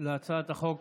על הצעת החוק